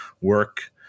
work